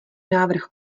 návrh